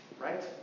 right